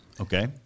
Okay